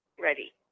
Ready